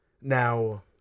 now